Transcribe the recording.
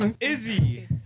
Izzy